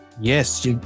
Yes